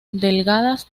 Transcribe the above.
delgadas